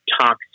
talk